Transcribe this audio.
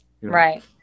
right